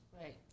Right